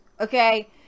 Okay